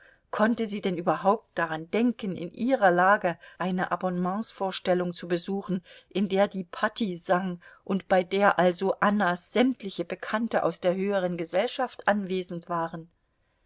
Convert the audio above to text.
konnte sie denn überhaupt daran denken in ihrer lage eine abonnementsvorstellung zu besuchen in der die patti sang und bei der also annas sämtliche bekannte aus der höheren gesellschaft anwesend waren